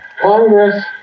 Congress